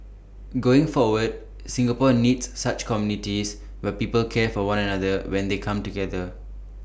going forward Singapore needs such communities where people care for one another when they come together